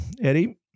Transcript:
Eddie